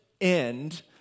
end